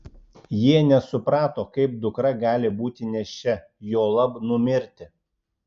jie nesuprato kaip dukra gali būti nėščia juolab numirti